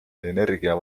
energia